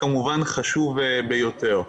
כמובן חשוב ביותר.